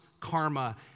karma